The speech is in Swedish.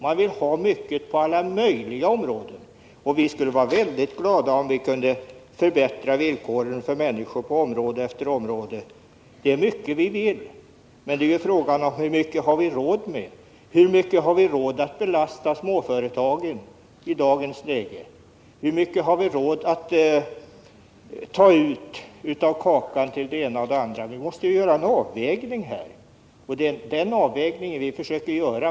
Man vill ha mycket på alla möjliga områden, och vi skulle vara väldigt glada om vi kunde förbättra villkoren för människor på område efter område. Det är mycket vi vill, men frågan är: Hur mycket har vi råd med? Hur mycket har vi råd att belasta småföretagen i dagens läge? Hur mycket har vi råd att ta ut av kakan till det ena och det andra? Det måste göras en avvägning här, och det är den avvägningen vi försöker göra.